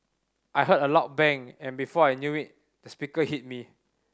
I heard a loud bang and before I knew it the speaker hit me